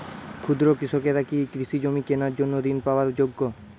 ক্ষুদ্র কৃষকরা কি কৃষিজমি কেনার জন্য ঋণ পাওয়ার যোগ্য?